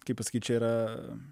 kaip pasakyt čia yra